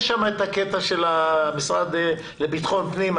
יש שם את הקטע של המשרד לביטחון פנים.